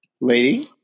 Lady